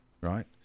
right